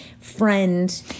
friend